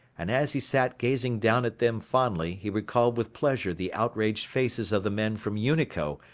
and as he sat gazing down at them fondly he recalled with pleasure the outraged faces of the men from unico,